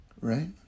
right